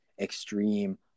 extreme